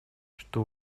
что